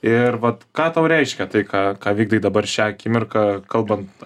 ir vat ką tau reiškia tai ką ką vykdai dabar šią akimirką kalbant